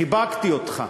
חיבקתי אותך.